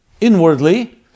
inwardly